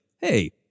hey